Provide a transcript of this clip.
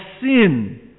sin